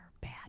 bad